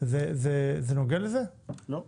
האם זה נוגע לזה?